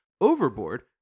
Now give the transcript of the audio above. Overboard